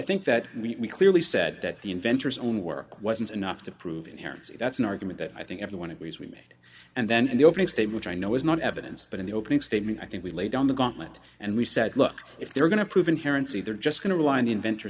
think that we clearly said that the inventor's own work wasn't enough to prove inherently that's an argument that i think everyone agrees we made and then the opening statement i know is not evidence but in the opening statement i think we laid down the gauntlet and we said look if they're going to prove inherently they're just going to rely on the inventor